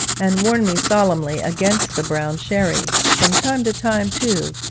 and warn me solemnly against the brown sherry from time to time, too,